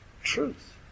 truth